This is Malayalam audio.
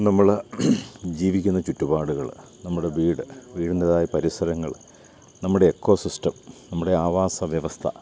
നമ്മൾ ജീവിക്കുന്ന ചുറ്റുപാടുകൾ നമ്മുടെ വീട് വീടിൻ്റേതായ പരിസരങ്ങൾ നമ്മുടെ എക്കോസിസ്റ്റം നമ്മുടെ ആവാസവ്യവസ്ഥ